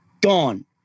gone